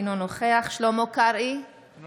אינו נוכח שלמה קרעי, אינו